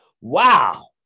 Wow